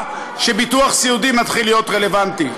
שביטוח סיעודי מתחיל להיות רלוונטי.